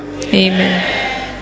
amen